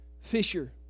Fisher